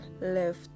left